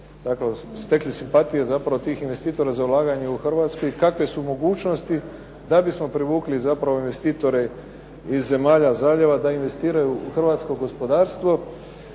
imali stekli simpatije zapravo tih investitora za ulaganje u Hrvatskoj i kakve su mogućnosti da bismo privukli zapravo investitore iz zemalja zaljeva da investiraju u hrvatsko gospodarstvo,